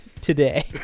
today